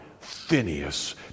Phineas